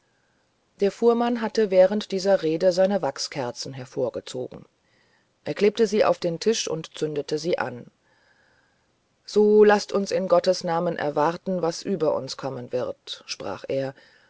der fuhrmann hatte während dieser reden seine wachskerzen hervorgezogen er klebte sie auf den tisch und zündete sie an so laßt uns in gottes namen erwarten was über uns kommen wird sprach er